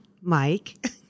Mike